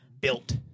built